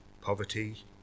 poverty